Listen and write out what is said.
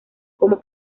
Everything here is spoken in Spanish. como